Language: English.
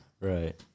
Right